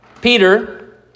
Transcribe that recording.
Peter